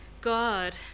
God